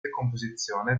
decomposizione